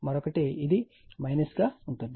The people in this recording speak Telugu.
మరొకటి ఇది గా ఉంది